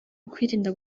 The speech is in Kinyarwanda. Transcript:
ukwirinda